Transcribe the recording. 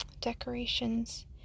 decorations